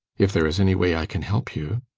if there is any way i can help you